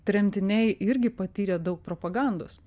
tremtiniai irgi patyrė daug propagandos